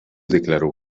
declaró